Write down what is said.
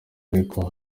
ariko